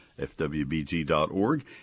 fwbg.org